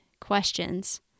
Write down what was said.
questions